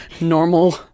normal